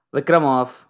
Vikramov